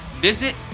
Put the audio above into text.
Visit